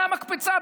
מהמקפצה,